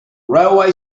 railway